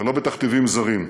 ולא בתכתיבים זרים.